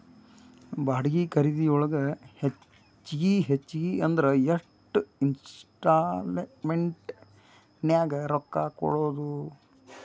ಬಾಡ್ಗಿ ಖರಿದಿಯೊಳಗ ಹೆಚ್ಗಿ ಹೆಚ್ಗಿ ಅಂದ್ರ ಯೆಷ್ಟ್ ಇನ್ಸ್ಟಾಲ್ಮೆನ್ಟ್ ನ್ಯಾಗ್ ರೊಕ್ಕಾ ಕಟ್ಬೊದು?